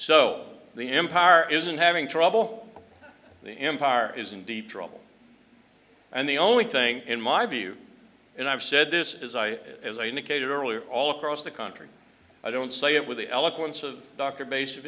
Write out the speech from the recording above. so the empire isn't having trouble the empire is in deep trouble and the only thing in my view and i've said this is i as i indicated earlier all across the country i don't say it with the eloquence of dr bass of